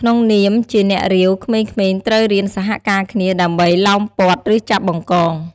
ក្នុងនាមជា អ្នករាវ ក្មេងៗត្រូវរៀនសហការគ្នាដើម្បីឡោមព័ទ្ធ ឬចាប់ បង្កង។